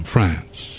France